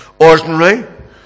ordinary